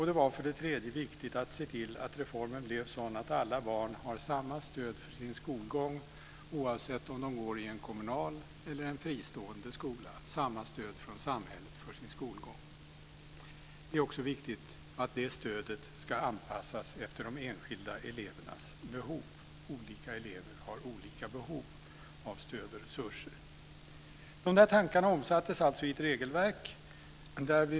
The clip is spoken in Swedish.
Det var också viktigt att se till att reformen blev sådan att alla barn har samma stöd för sin skolgång, oavsett om de går i en kommunal eller en fristående skola. De ska ha samma stöd från samhället för sin skolgång. Det är också viktigt att det stödet ska anpassas efter de enskilda elevernas behov. Olika elever har olika behov av stöd och resurser. Dessa tankar omsattes alltså i ett regelverk.